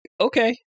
okay